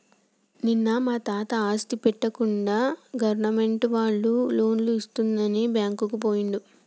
నిన్న మా తాత ఆస్తి పెట్టకుండా గవర్నమెంట్ వాళ్ళు లోన్లు ఇస్తుందని బ్యాంకుకు పోయిండు